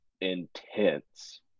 intense